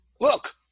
look